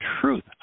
truth